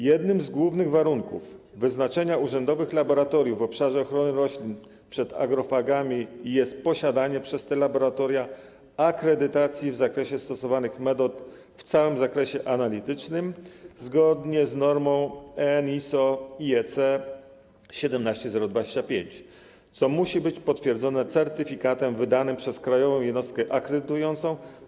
Jednym z głównych warunków wyznaczenia urzędowych laboratoriów w obszarze ochrony roślin przed agrofagami jest posiadanie przez te laboratoria akredytacji w zakresie stosowanych metod w całym zakresie analitycznym zgodnie z normą PN-EN ISO/IEC 17025, co musi być potwierdzone certyfikatem wydanym przez krajową jednostkę akredytującą.